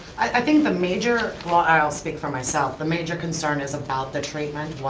i think the major, well i'll speak for myself, the major concern is about the treatment,